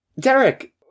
Derek